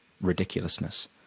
ridiculousness